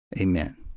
Amen